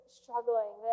struggling